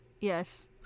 Yes